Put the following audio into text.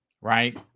right